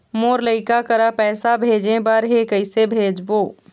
मोर लइका करा पैसा भेजें बर हे, कइसे भेजबो?